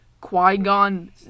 Qui-Gon